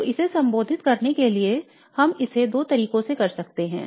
तो इसे संबोधित करने के लिए हम इसे दो तरीकों से कर सकते हैं